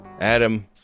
Adam